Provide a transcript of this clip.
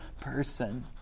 person